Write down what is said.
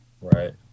Right